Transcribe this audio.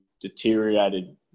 deteriorated